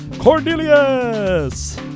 Cornelius